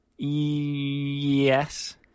yes